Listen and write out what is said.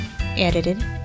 Edited